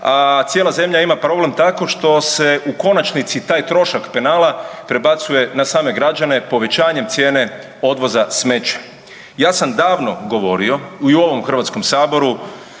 A cijela zemlja ima problem tako što se u konačnici taj trošak penala prebacuje na same građane povećanjem cijene odveza smeća. Ja sam davno govorio i u ovom HS i